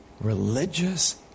religious